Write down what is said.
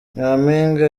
nyampinga